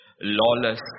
lawless